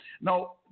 Now